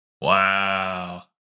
Wow